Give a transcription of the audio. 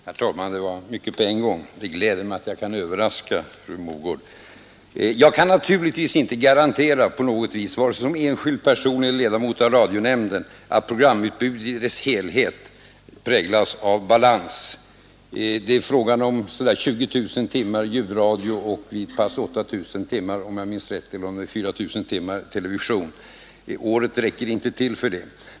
Herr talman! Det var mycket på en gång. Det gläder mig att jag kan överraska fru Mogård. Jag kan naturligtvis inte på något vis, vare sig som enskild person eller som ledamot av radionämnden, garantera att programutbudet i sin helhet präglas av balans. Det är fråga om så där 20 000 timmar i ljudradion och vid pass 4 000 timmar i televisionen, om jag minns rätt. Året räcker inte till för att granska alla de programmen.